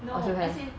no as in